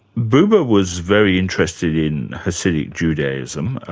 buber was very interested in hasidic judaism,